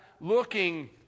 looking